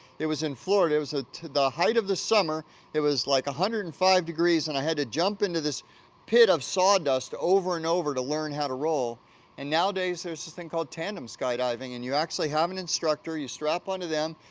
it was in florida, it was ah the height of the summer it was, like, one hundred and five degrees and i had to jump into this pit of sawdust over and over to learn how to roll and nowadays there's this thing called tandem skydiving and you actually have an instructor, you strap onto them,